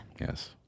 yes